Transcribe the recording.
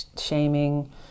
shaming